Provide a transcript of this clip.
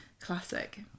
Classic